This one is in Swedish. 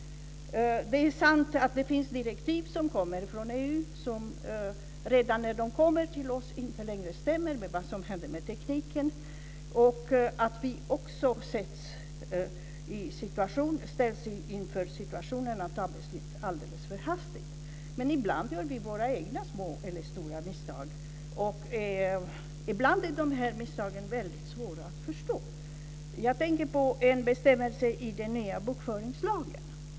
Det är sant att det finns direktiv som kommer från EU som redan när de kommer till oss inte längre stämmer med vad som hänt inom tekniken. Vi ställs också inför situationen att fatta beslut alldeles för hastigt. Men ibland gör vi våra egna små eller stora misstag. Ibland är de här misstagen väldigt svåra att förstå. Jag tänker på en bestämmelse i den nya bokföringslagen.